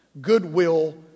goodwill